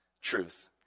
truth